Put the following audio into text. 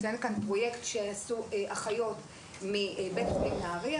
למשל, יש פרויקט שעשו אחיות מבית חולים בנהריה